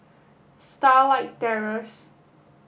Starlight Terrace